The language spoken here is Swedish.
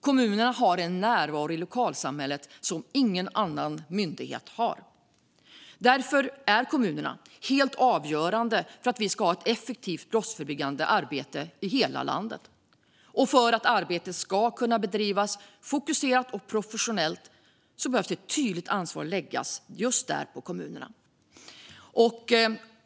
Kommunerna har en närvaro i lokalsamhället som ingen annan myndighet har. Därför är kommunerna helt avgörande för att vi ska ha ett effektivt brottsförebyggande arbete i hela landet. För att arbetet ska kunna bedrivas fokuserat och professionellt över hela landet behöver ett tydligt ansvar läggas just på kommunerna.